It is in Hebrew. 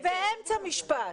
אני באמצע משפט.